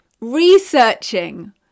Researching